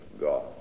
God